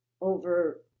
over